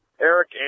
Eric